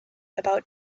about